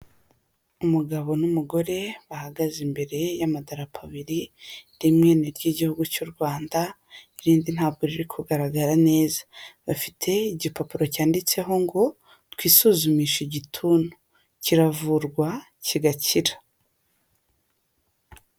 Umugabo n'umugore bahagaze imbere y'amadape abiri rimwe ni iry'igihugu cy'u Rwanda irindi ntabwo riri kugaragara neza, bafite igipapuro cyanditseho ngo twisuzumishe igituntu kiravurwa kigakira.